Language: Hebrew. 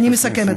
אני מסכמת.